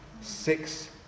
six